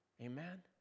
Amen